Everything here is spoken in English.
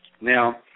Now